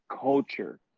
culture